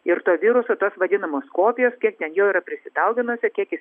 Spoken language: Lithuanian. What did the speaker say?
ir to viruso tos vadinamos kopijos kiek ten jo yra prisidauginusio kiek jis